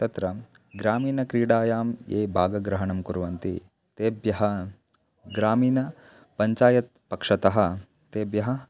तत्र ग्रामीणक्रीडायां ये भागग्रहणं कुर्वन्ति तेभ्यः ग्रामीण पञ्चायत् पक्षतः तेभ्यः